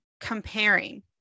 comparing